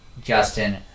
Justin